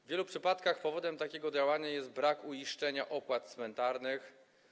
W wielu przypadkach powodem takiego działania jest brak uiszczenia opłat cmentarnych.